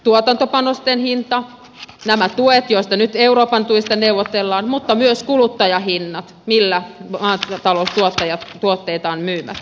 tuotantopanosten hinta nämä tuet joista nyt euroopan tuista neuvotellaan mutta myös kuluttajahinnat millä maataloustuottajat tuotteitaan myyvät